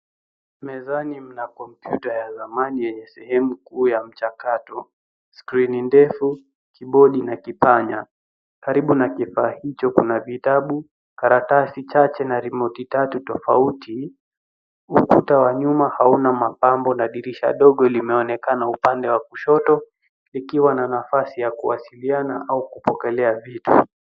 Mezani mna kompyuta ya zamani yenye sehemu kuu ya mchakato, skrini ndefu, kibodi na kipanya. Karibu na kifaa hicho kuna vitabu, karatasi chache na rimoti tatu tofauti. Ukuta wa nyuma hauna mapambo na dirisha dogo linaonekana upande wa kushoto likiwa na nafasi ya kuwasiliana au kupokelea vitu.